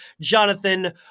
Jonathan